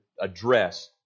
address